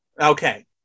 okay